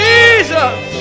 Jesus